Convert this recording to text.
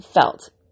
felt